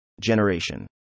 generation